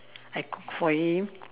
I cook for him